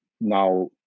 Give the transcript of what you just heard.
now